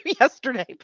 yesterday